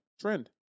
Trend